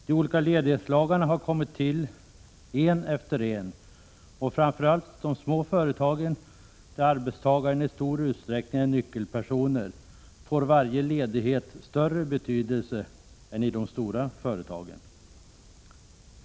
De olika ledighetslagarna har kommit till en efter en, och i de små företagen, där arbetstagarna i stor utsträckning är nyckelpersoner, får varje ledighet större betydelse än i de stora företagen.